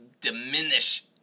diminish